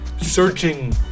searching